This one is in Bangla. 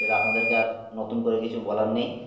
সেটা আপনাদেরকে আর নতুন করে কিছু বলার নেই